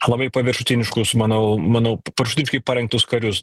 labai paviršutiniškus manau manau paviršutiniškai parengtus karius